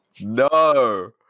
No